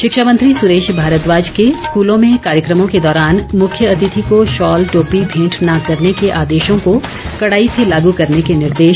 शिक्षा मंत्री सुरेश भारद्वाज के स्कूलों में कार्यक्रमों के दौरान मुख्य अतिथि को शॉल टोपी भेंट न करने के आदेशों को कड़ाई से लागू करने के निर्देश